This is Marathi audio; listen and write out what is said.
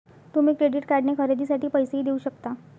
तुम्ही क्रेडिट कार्डने खरेदीसाठी पैसेही देऊ शकता